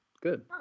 Good